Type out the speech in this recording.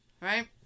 right